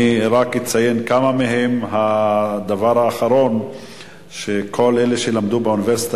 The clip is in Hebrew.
אני רק אציין כמה מהם: הדבר האחרון הוא שכל אלה שלמדו באוניברסיטה